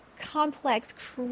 complex